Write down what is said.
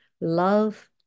love